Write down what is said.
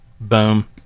Boom